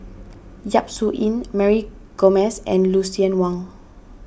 Yap Su Yin Mary Gomes and Lucien Wang